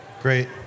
Great